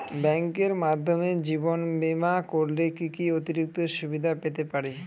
ব্যাংকের মাধ্যমে জীবন বীমা করলে কি কি অতিরিক্ত সুবিধে পেতে পারি?